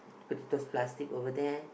potatoes plastic over there